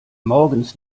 morgens